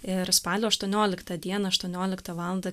ir spalio aštuonioliktą dieną aštuonioliktą valandą